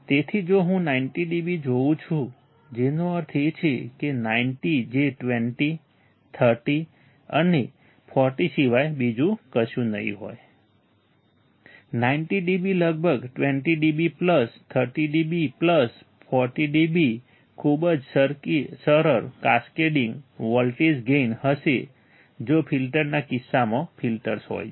તેથી જો હું 90 dB જોઉં છું જેનો અર્થ એ છે કે 90 જે 20 30 અને 40 સિવાય બીજું કશું નહીં હોય 90 dB લગભગ 20 dB plus 30 dB plus 40 dB ખૂબ જ સરળ કાસ્કેડિંગ વોલ્ટેજ ગેઇન હશે જો ફિલ્ટર્સના કિસ્સામાં ફિલ્ટર્સ હોય છે